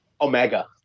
Omega